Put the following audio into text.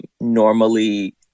normally